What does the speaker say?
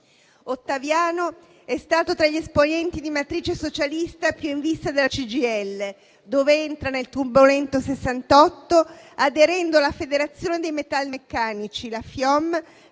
Ottaviano è stato tra gli esponenti di matrice socialista più in vista della CGIL, dove entra nel turbolento 1968, aderendo alla Federazione dei metalmeccanici (FIOM),